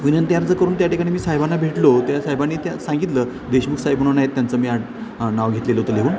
विनंती अर्ज करून त्या ठिकाणी मी साहेबांना भेटलो त्या साहेबांनी त्या सांगितलं देशमुख साहेब म्हणून आहेत त्यांचं मी आ नाव घेतलेलं होतं लहून